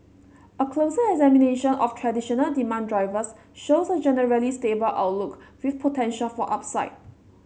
a closer examination of traditional demand drivers shows a generally stable outlook with potential for upside